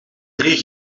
drie